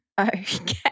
Okay